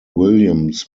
williams